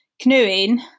canoeing